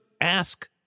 ask